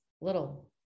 little